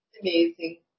Amazing